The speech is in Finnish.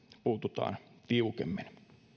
puututaan tiukemmin